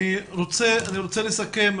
אני רוצה לסכם.